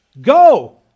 Go